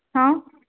હં